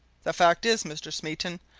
the fact is, mr. smeaton,